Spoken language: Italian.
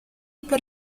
per